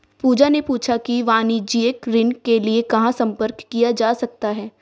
पूजा ने पूछा कि वाणिज्यिक ऋण के लिए कहाँ संपर्क किया जा सकता है?